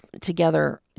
together